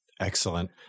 Excellent